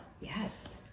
Yes